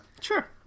Sure